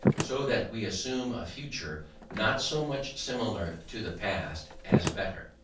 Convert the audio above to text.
so that we assume a future not so much similar to the past, as better.